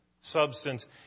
substance